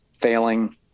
failing